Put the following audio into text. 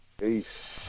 Peace